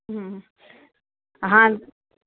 હં હા